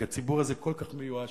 כי הציבור הזה כל כך מיואש,